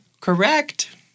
Correct